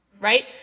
right